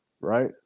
right